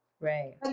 Right